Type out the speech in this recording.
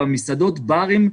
במסעדות ובברים,